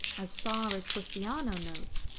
as far as pustanio knows,